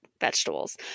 vegetables